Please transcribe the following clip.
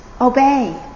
obey